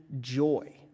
joy